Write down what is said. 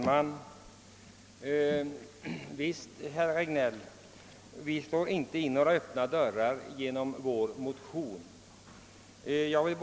Herr talman! Vi slår inte in några öppna dörrar genom vår motion, herr Regnéll!